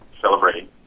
celebrating